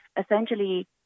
essentially